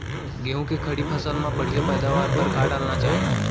गेहूँ के खड़ी फसल मा बढ़िया पैदावार बर का डालना चाही?